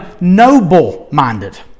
noble-minded